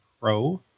Pro